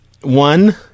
one